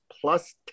plus